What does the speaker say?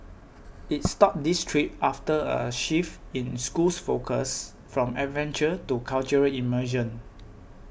it stopped these trips after a shift in school's focus from adventure to cultural immersion